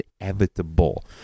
inevitable